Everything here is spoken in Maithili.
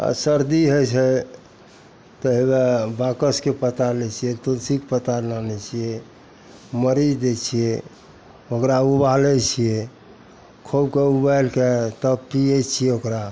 अँ सरदी होइ छै तऽ हौए बाकसके पत्ता लै छिए तुलसीके पत्ता आनै छिए मरीच दै छिए ओकरा उबालै छिए खूबके उबालिके तब पिए छिए ओकरा